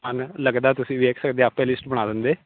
ਹਨ ਲੱਗਦਾ ਤੁਸੀਂ ਵੇਖ ਕੇ ਆਪੇ ਲਿਸਟ ਬਣਾ ਦਿੰਦੇ